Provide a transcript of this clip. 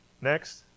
Next